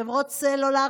חברות סלולר,